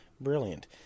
brilliant